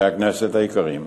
אבל הישג זה